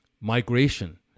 migration